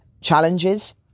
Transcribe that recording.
challenges